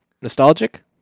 nostalgic